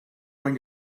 going